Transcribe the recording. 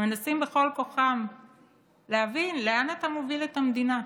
שמנסים בכל כוחם להבין לאן אתה מוביל את המדינה.